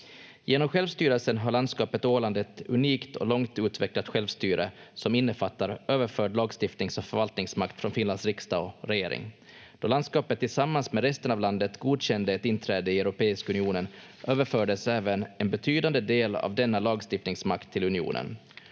Genom självstyrelsen har landskapet Åland ett unikt och långt utvecklat självstyre som innefattar överförd lagstiftnings- och förvaltningsmakt från Finlands riksdag och regering. Då landskapet tillsammans med resten av landet godkände ett inträde i Europeiska unionen överfördes även en betydande del av denna lagstiftningsmakt till unionen.